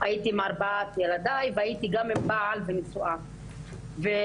הייתי עם ארבעת ילדיי והייתי גם עם בעל ונשואה ולמה?